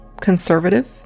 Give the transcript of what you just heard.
conservative